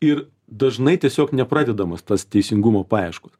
ir dažnai tiesiog nepradedamas tos teisingumo paieškos